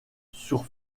sur